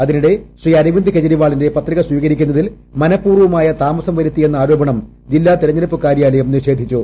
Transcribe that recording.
അതിന്റിടെ ശ്രീ അരവിന്ദ് കേജ്രിവാളിന്റെ പത്രിക സ്വീകരിക്കുന്നതിൽ മനപൂർവ്വമായ താമസം വരുത്തിയെന്ന ആരോപണം ജില്ലാ തെരഞ്ഞെടുപ്പ് കാര്യാലയം നിഷേധിച്ചു